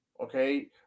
okay